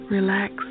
Relax